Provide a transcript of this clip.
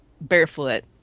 barefoot